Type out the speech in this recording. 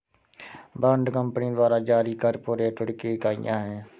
bond company द्वारा जारी corporate ऋण की इकाइयां हैं